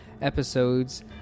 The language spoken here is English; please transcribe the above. episodes